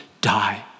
die